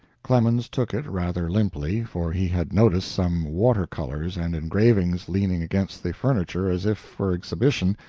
clemens took it rather limply, for he had noticed some water-colors and engravings leaning against the furniture as if for exhibition,